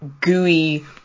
gooey